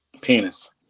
Penis